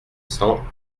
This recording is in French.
cents